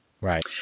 Right